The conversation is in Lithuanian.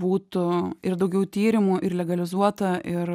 būtų ir daugiau tyrimų ir legalizuota ir